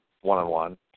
one-on-one